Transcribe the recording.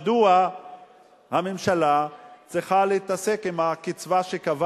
מדוע הממשלה צריכה להתעסק עם הקצבה שקבע